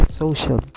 social